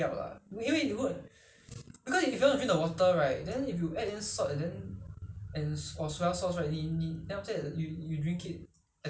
um ya you don't need to add in any salt or anything because the because if water is very little it will be some taste ah